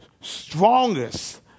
strongest